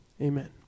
Amen